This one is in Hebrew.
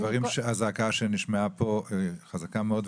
הזעקה שנשמעה פה חזקה מאוד,